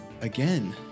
Again